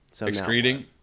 Excreting